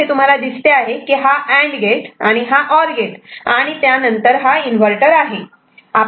इथे तुम्हाला दिसते आहे की हा अँड गेट आणि हा और गेट आणि त्यानंतर इन्व्हर्टर आहे